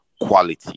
quality